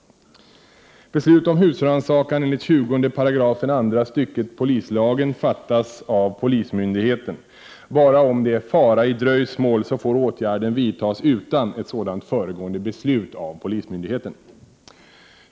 Beslut om husrannsakan enligt 20 § andra stycket polislagen fattas av polismyndigheten. Bara om det är fara i dröjsmål får åtgärden vidtas utan ett sådant föregående beslut av polismyndigheten.